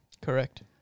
Correct